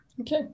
Okay